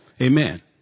Amen